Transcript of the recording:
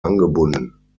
angebunden